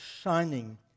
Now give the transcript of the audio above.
shining